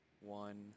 One